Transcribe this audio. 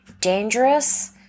dangerous